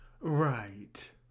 Right